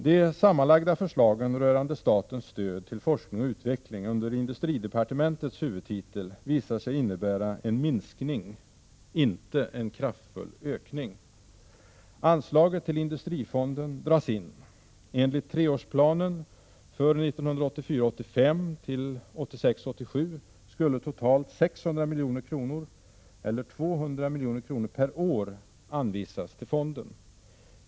De sammanlagda förslagen rörande statens stöd till FOU under industridepartementets huvudtitel visar sig innebära en minskning, inte en kraftfull ökning. Anslaget till industrifonden dras in. Enligt treårsplanen för 1984 87 skulle totalt 600 milj.kr., eller 200 milj.kr. per år, anvisas till fonden.